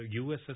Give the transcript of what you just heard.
USS